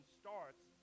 starts